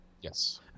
Yes